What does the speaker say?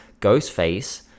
Ghostface